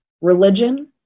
religion